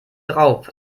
drauf